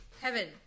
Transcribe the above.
heaven